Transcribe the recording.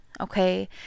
okay